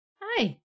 Hi